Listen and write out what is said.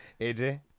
AJ